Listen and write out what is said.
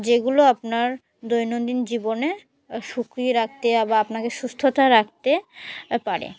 যেগুলো আপনার দৈনন্দিন জীবনে সুখী রাখতে বা আপনাকে সুস্থতা রাখতে পারে